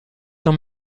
dans